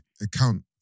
account